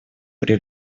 при